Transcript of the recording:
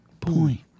point